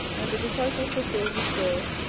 and the disciples were filled with joy,